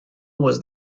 was